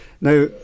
Now